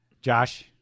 Josh